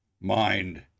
mind